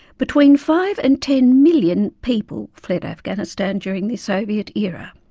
between five and ten million people fled afghanistan during the soviet era.